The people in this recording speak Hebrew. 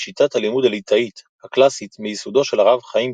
היא שיטת הלימוד הליטאית הקלאסית מיסודו של הרב חיים